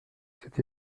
cet